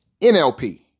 NLP